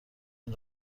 این